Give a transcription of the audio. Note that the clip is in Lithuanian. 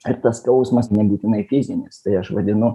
ir tas skausmas nebūtinai fizinis tai aš vadinu